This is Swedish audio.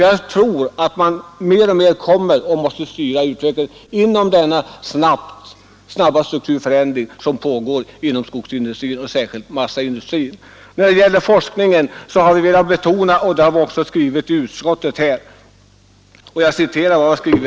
Jag tror att vi mer och mer måste styra utvecklingen inför den snabba strukturf dustrin, sär: ändring som sker inom skogsinindustrins område.